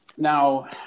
Now